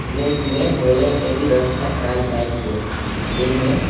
मुफ्तमे भोजनके भी व्यवस्था करायल जाइ छियै जाहिमे